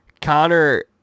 Connor